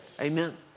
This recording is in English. Amen